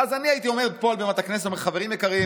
ואז אני הייתי אומר פה על בימת הכנסת: חברים יקרים,